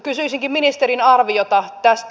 kysyisinkin ministerin arviota tästä